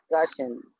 discussion